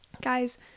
Guys